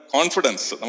Confidence